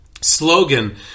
slogan